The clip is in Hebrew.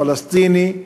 פלסטיני,